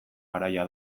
garaia